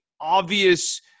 obvious